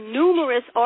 numerous